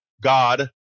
God